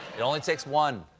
it only takes one.